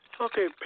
Okay